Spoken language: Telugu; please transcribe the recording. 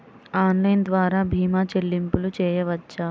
ఆన్లైన్ ద్వార భీమా చెల్లింపులు చేయవచ్చా?